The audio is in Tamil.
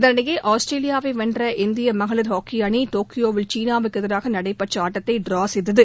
இதனினடயே ஆஸ்திரேலியாவை வென்ற இந்திய மகளிர் ஹாக்கி அணி டோக்கியோவில் சீனாவுக்கு எதிராக நடைபெற்ற ஆட்டத்தை டிரா செய்தது